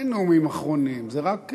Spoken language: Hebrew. אין נאומים אחרונים, זה רק,